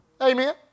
Amen